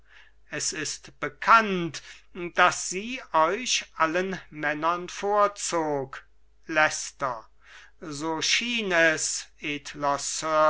es ist bekannt daß sie euch allen männern vorzog leicester so schien es